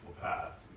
Path